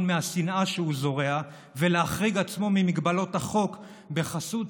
מהשנאה שהוא זורע ולהחריג עצמו ממגבלות החוק בחסות